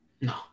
No